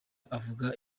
avuga